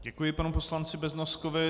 Děkuji panu poslanci Beznoskovi.